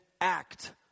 act